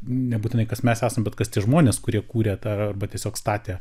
nebūtinai kas mes esam bet kas tie žmonės kurie kūrė tą arba tiesiog statė